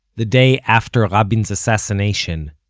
the day after rabin's assassination,